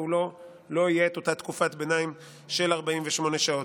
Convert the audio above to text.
ולא תהיה אותה תקופת ביניים של 48 שעות.